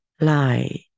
lie